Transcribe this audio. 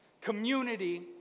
Community